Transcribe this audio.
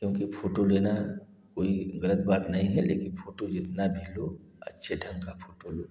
क्योंकि फोटो लेना कोई ग़लत बात नहीं है लेकिन फोटो जितना भी लो अच्छे ढंग की फोटो लो